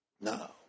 No